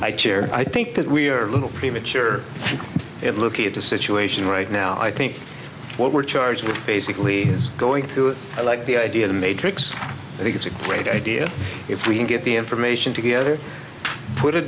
i chair i think that we are a little premature at looking at the situation right now i think what we're charged with basically is going to like the idea the matrix i think it's a great idea if we can get the information together put